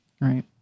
Right